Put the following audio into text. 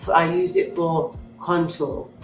i use it for contour.